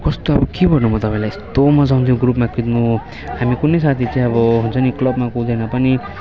कस्तो अब के भन्नु म तपाईँलाई यस्तो मज्जा आउँथ्यो ग्रुपमा कुद्नु हामी कुनै साथी चाहिँ अब हुन्छ नि क्लबमा कुदेन पनि